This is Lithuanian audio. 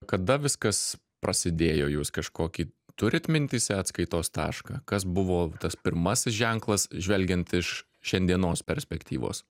kada viskas prasidėjo jūs kažkokį turit mintyse atskaitos tašką kas buvo tas pirmasis ženklas žvelgiant iš šiandienos perspektyvos